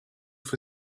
for